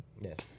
Yes